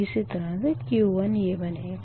इसी तरह से Q1 ये बनेगा